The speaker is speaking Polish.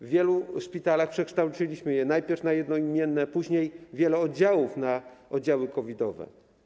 Wiele szpitali przekształciliśmy najpierw na jednoimienne, później wiele oddziałów na oddziały COVID-owe.